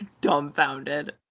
dumbfounded